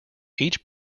each